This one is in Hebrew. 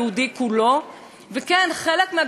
חלק גדול מהתפקיד שאני רואה כתפקיד שלי פה,